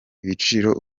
ibiciro